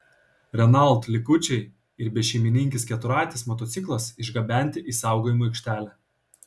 renault likučiai ir bešeimininkis keturratis motociklas išgabenti į saugojimo aikštelę